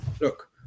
look